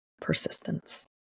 persistence